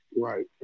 Right